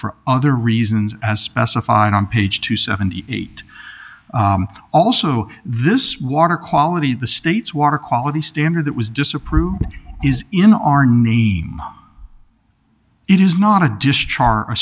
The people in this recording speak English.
for other reasons as specified on page two seventy eight also this water quality the state's water quality standard that was disapproved is in our name it is not a